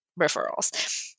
referrals